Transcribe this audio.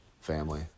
Family